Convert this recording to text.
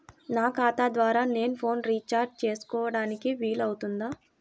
నా ఖాతా ద్వారా నేను ఫోన్ రీఛార్జ్ చేసుకోవడానికి వీలు అవుతుందా?